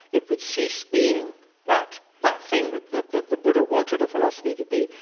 it would cease being that that thing that that the the buddha wanted a philosophy to be,